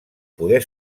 poder